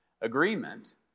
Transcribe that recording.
agreement